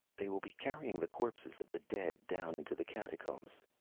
they will be carrying the corpses of the dead down into the catacombs,